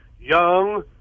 young